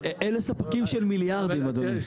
אלה ספקים של מיליארדים, אדוני.